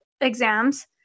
exams